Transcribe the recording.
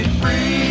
free